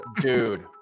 dude